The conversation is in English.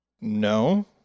No